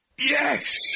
Yes